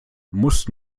muss